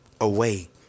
away